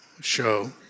show